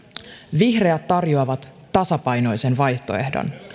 vihreät tarjoavat tasapainoisen vaihtoehdon